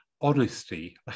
honesty